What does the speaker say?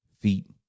feet